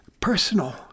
personal